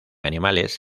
animales